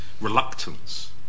reluctance